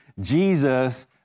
Jesus